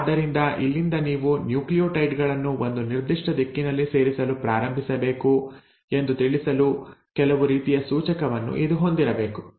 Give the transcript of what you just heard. ಆದ್ದರಿಂದ ಇಲ್ಲಿಂದ ನೀವು ನ್ಯೂಕ್ಲಿಯೋಟೈಡ್ ಗಳನ್ನು ಒಂದು ನಿರ್ದಿಷ್ಟ ದಿಕ್ಕಿನಲ್ಲಿ ಸೇರಿಸಲು ಪ್ರಾರಂಭಿಸಬೇಕು ಎಂದು ತಿಳಿಸಲು ಕೆಲವು ರೀತಿಯ ಸೂಚಕವನ್ನು ಇದು ಹೊಂದಿರಬೇಕು